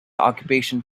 occupation